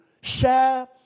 share